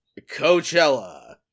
Coachella